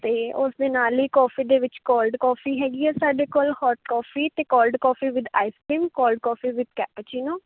ਅਤੇ ਉਸ ਦੇ ਨਾਲ ਹੀ ਕੋਫੀ ਦੇ ਵਿੱਚ ਕੋਲਡ ਕਾਫੀ ਹੈਗੀ ਆ ਸਾਡੇ ਕੋਲ ਹੋਟ ਕਾਫੀ ਅਤੇ cold coffee with ice cream cold coffee with cappuccino